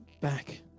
back